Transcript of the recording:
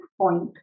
point